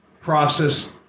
process